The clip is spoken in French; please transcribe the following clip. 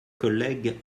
collègues